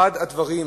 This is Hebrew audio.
אחד הדברים,